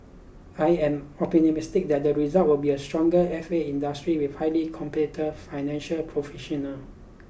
I am optimistic that the result will be a stronger F A industry with highly competive financial professional